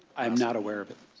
i'm not aware. but